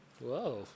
Whoa